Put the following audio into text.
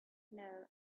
know